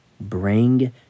Bring